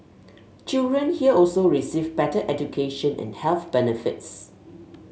children here also receive better education and health benefits